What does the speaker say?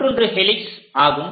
மற்றொன்று ஹெலிக்ஸ் ஆகும்